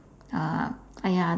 uh !aiya!